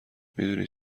میدونی